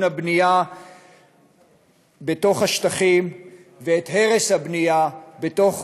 הבנייה בתוך השטחים ואת הרס הבנייה בתוך